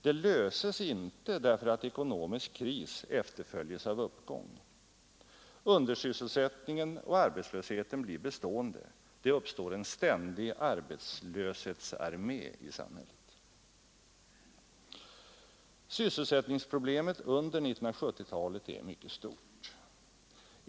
Det löses inte därför att ekonomisk kris efterföljs av uppgång. Undersysselsättningen och arbetslösheten blir bestående. Det uppstår en ständig arbetslöshetsarmé i samhället. Sysselsättningsproblemet under 1970-talet är mycket stort.